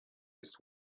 his